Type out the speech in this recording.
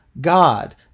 God